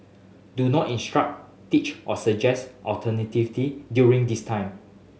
do not instruct teach or suggest alternative during this time